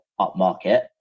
upmarket